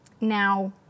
Now